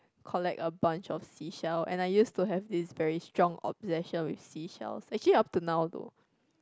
collect a brunch of seashell and I use to have this very strong obsession with seashels actually up to now though